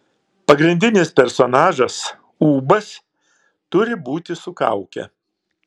pagrindinis personažas ūbas turi būti su kauke